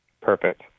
Perfect